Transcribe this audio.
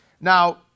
Now